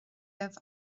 libh